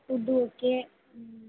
food okay